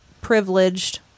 privileged